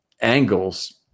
angles